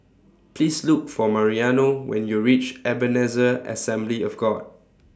Please Look For Mariano when YOU REACH Ebenezer Assembly of God